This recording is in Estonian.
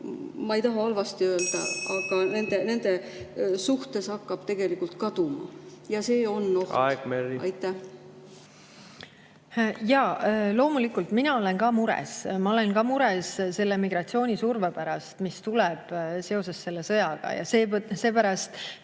Ma ei taha halvasti öelda, aga nende suhtes hakkab tegelikult kaduma. Ja see on ohtlik. Aeg, Merry! Loomulikult, mina olen ka mures. Ma olen ka mures selle migratsioonisurve pärast, mis tuleb seoses selle sõjaga. Seepärast